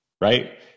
right